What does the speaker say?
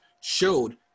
showed